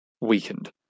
weakened